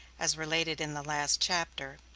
as related in the last chapter,